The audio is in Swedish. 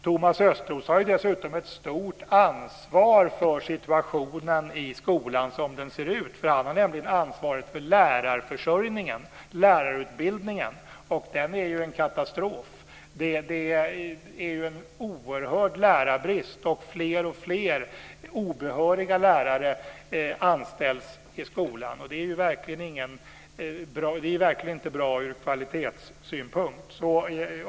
Thomas Östros har ju dessutom ett stort ansvar för situationen i skolan som den ser ut, för han har nämligen ansvaret för lärarförsörjningen via lärarutbildningen, och den är ju en katastrof. Det är ju en oerhörd lärarbrist, och fler och fler obehöriga lärare anställs i skolan. Det är verkligen inte bra ur kvalitetssynpunkt.